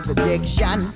addiction